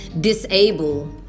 disable